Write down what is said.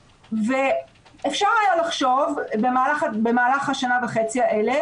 ואפשר היה לחשוב במהלך השנה וחצי האלה